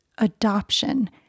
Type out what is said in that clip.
Adoption